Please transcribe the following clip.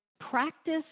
practice